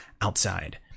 outside